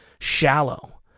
shallow